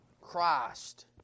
Christ